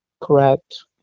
Correct